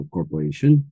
Corporation